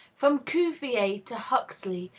from cuvier to huxley,